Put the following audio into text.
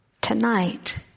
tonight